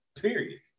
Period